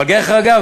אבל דרך אגב,